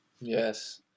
Yes